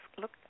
look